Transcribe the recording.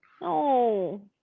No